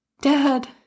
Dad